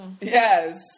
Yes